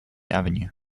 avenue